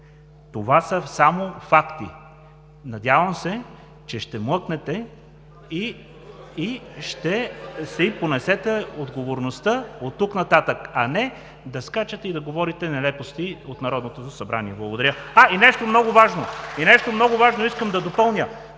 Това са само факти. Надявам се, че ще млъкнете и ще си понесете отговорността оттук нататък, а не да скачате и да говорите нелепости от Народното събрание. (Ръкопляскания от ГЕРБ.) И нещо много важно искам да допълня: